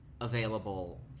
available